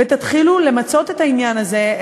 ותתחילו למצות את העניין הזה.